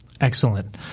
Excellent